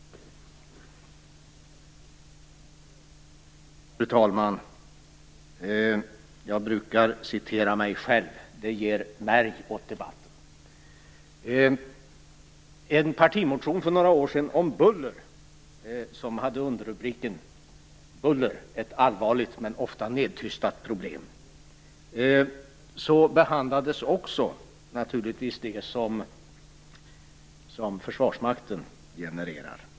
Fru talman! Jag brukar citera mig själv. Det ger märg åt debatten. I en partimotion för några år sedan om buller, som hade underrubriken Buller - ett allvarligt men ofta nedtystat problem, behandlades också det buller som Försvarsmakten genererar.